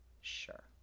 Sure